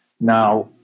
now